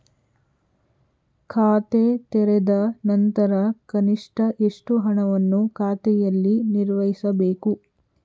ಖಾತೆ ತೆರೆದ ನಂತರ ಕನಿಷ್ಠ ಎಷ್ಟು ಹಣವನ್ನು ಖಾತೆಯಲ್ಲಿ ನಿರ್ವಹಿಸಬೇಕು?